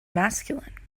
masculine